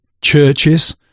churches